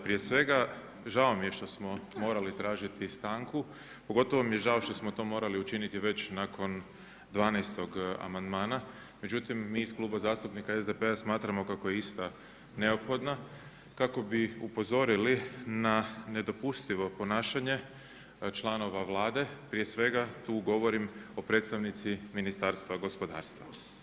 Prije svega, žao mi je što smo morali tražiti stanku, pogotovo mi je žao što smo to morali učiniti već nakon 12. amandmana, međutim mi iz Kluba zastupnika SDP-a smatramo kako je ista neophodna, kako bi upozorili na nedopustivo ponašanje članova Vlade, prije svega tu govorim o predstavnici Ministarstva gospodarstva.